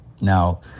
now